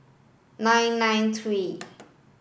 nine nine three